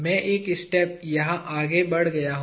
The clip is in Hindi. मै एक स्टेप यहाँ आगे बढ़ गया हू